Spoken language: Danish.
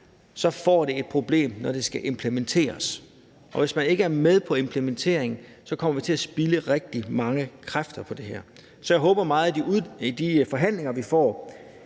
så får det et problem, når det skal implementeres, og hvis man ikke er med på implementeringen, kommer vi til at spilde rigtig mange kræfter på det her. Så jeg håber meget, at vi i de forhandlinger, vi får,